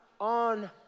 on